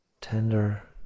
tender